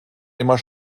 immer